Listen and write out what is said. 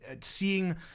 Seeing